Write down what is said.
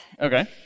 Okay